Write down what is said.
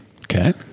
Okay